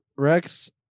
Rex